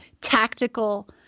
tactical